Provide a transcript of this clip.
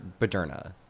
Baderna